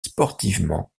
sportivement